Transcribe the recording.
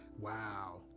wow